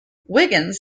wiggins